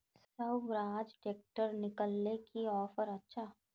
Swaraj tractor किनले की offer अच्छा?